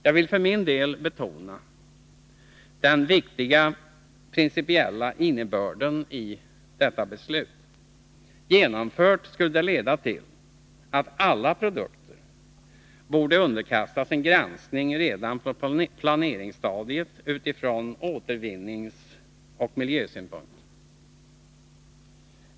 Jag vill för min del betona den viktiga principiella innebörden i detta beslut. Genomfört skulle det leda till att alla produkter borde underkastas en granskning redan på planeringsstadiet utifrån återvinningsoch miljösynpunkter.